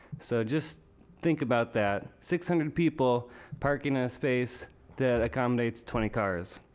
so just think about that. six hundred people parking in a space that accommodates twenty cars.